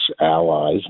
allies